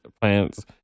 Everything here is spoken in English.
plants